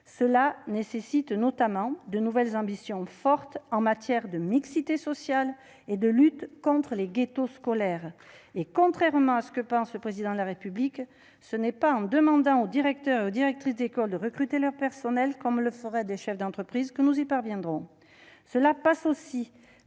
Cela nécessite notamment de nouvelles ambitions fortes en matière de mixité sociale et de lutte contre les ghettos scolaires. Contrairement à ce que pense le Président de la République, ce n'est pas en demandant aux directeurs et directrices d'école de recruter leur personnel comme le feraient des chefs d'entreprise que nous y parviendrons. Cela passe aussi